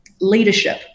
Leadership